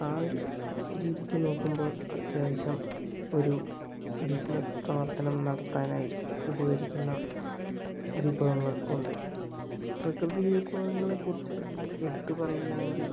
ആ ഒരു രീതിയ്ക്ക് നോക്കുമ്പോൾ അത്യാവശ്യം ഒരു ബിസിനസ് പ്രവർത്തനം നടത്താനായി ഉപകരിക്കുന്ന വിഭവങ്ങൾ ഉണ്ട് പ്രകൃതി വിഭവങ്ങളെക്കുറിച്ച് എടുത്ത് പറയുകയാണെങ്കിൽ